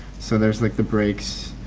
so there's like the brakes